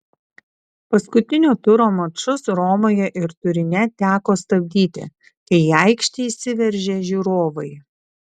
paskutinio turo mačus romoje ir turine teko stabdyti kai į aikštę įsiveržė žiūrovai